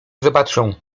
zobaczę